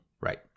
right